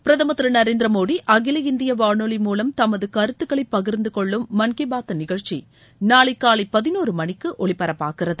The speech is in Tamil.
பிரதம் திரு நரேந்திர மோடி அகில இந்திய வானொலி மூலம் தமது கருத்துக்களை பகிா்ந்து கொள்ளும் மான் கி பாத் நிகழ்ச்சி நாளை காலை பதினோரு மணிக்கு ஒலிபரப்பாகிறது